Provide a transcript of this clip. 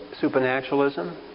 supernaturalism